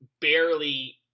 barely